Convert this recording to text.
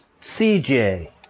CJ